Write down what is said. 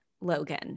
logan